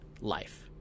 life